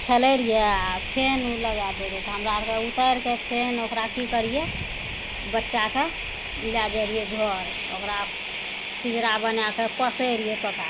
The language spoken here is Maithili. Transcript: खेलय रहियइ आओर फेन उ लगा दै रहय तऽ हमरा आरके उतारिके फेन ओकरा की करियइ बच्चाके लै जाइ रहियै घर ओकरा पिजरा बनाकऽ पोसय रहियइ तोता